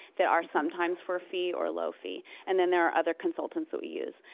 that are sometimes for fee or low fee and then there are other consultants who use.